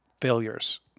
failures